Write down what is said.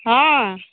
ହଁ